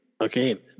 Okay